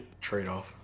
trade-off